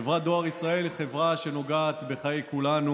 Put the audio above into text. חברת דואר ישראל היא חברה שנוגעת בחיי כולנו,